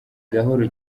gahoro